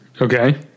okay